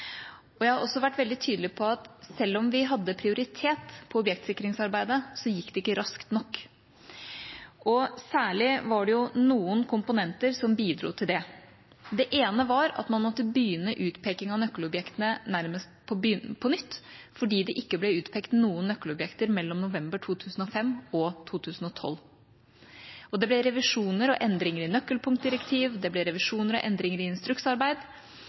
situasjonen. Jeg har også vært veldig tydelig på at selv om vi hadde prioritet på objektsikringsarbeidet, gikk det ikke raskt nok. Særlig var det noen komponenter som bidro til det. Det ene var at man måtte begynne utpeking av nøkkelobjektene nærmest på nytt, fordi det ikke ble utpekt noen nøkkelobjekter mellom november 2005 og 2012. Det ble revisjoner og endringer i nøkkelpunktdirektiv, det ble revisjoner og endringer i instruksarbeid,